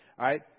right